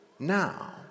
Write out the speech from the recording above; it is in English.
Now